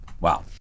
wow